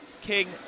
King